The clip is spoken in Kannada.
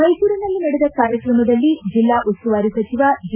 ಮೈಸೂರಿನಲ್ಲಿ ನಡೆದ ಕಾರ್ಯಕ್ರಮದಲ್ಲಿ ಜಿಲ್ಲಾ ಉಸ್ತುವಾರಿ ಸಚಿವ ಜಿ